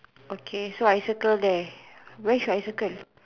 okay so I circle there where should I circle